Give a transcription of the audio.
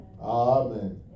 Amen